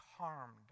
harmed